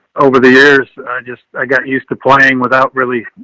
over the years just, i got used to playing without really.